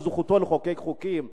זכותו לחוקק חוקים,